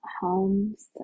homes